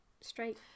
Straight